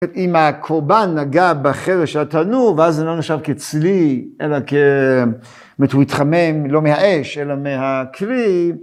אם הקורבן נגע בחרס של התנור, ואז זה לא נשאר כצלי, אלא כ... זאת אומרת, הוא התחמם לא מהאש, אלא מהכלי